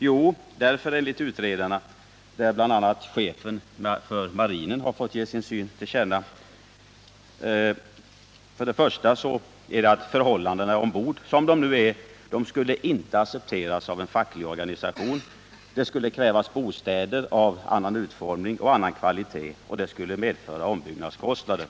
Jo, enligt utredningen — som bl.a. fått synpunkter från chefen för marinen — är ett av skälen att förhållandena ombord, sådana som de nu är, inte skulle accepteras av en facklig organisation, Det skulle krävas bostäder av en annan utformning och annan kvalitet, och det skulle medföra ombyggnadskostnader.